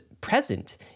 present